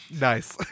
Nice